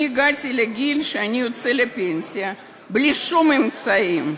הגעתי לגיל שאני יוצא לפנסיה בלי שום אמצעים.